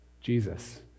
Jesus